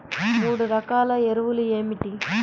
మూడు రకాల ఎరువులు ఏమిటి?